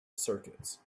circuits